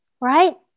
right